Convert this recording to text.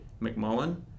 mcmullen